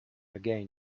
again